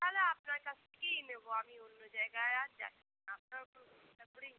তা হলে আপনার কাছ থেকেই নেব আমি অন্য জায়গায় আর যাচ্ছি না আপনার